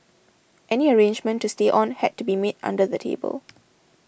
any arrangement to stay on had to be made under the table